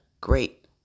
Great